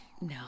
no